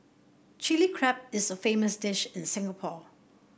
Chilli Crab is a famous dish in Singapore